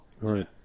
Right